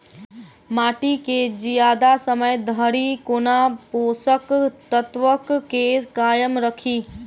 माटि केँ जियादा समय धरि कोना पोसक तत्वक केँ कायम राखि?